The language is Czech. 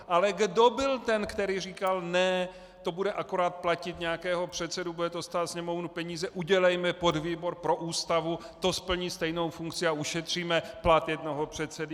Ale kdo byl ten, který říkal ne, to bude akorát platit nějakého předsedu, bude to stát Sněmovnu peníze, udělejme podvýbor pro Ústavu, to splní stejnou funkci a ušetříme plat jednoho předsedy?